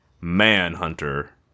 Manhunter